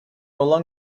along